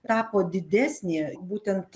tapo didesnė būtent